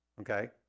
Okay